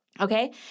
okay